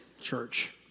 church